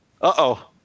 Uh-oh